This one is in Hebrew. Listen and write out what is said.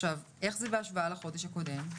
איך זה בהשוואה לחודש הקודם?